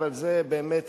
אבל זה באמת,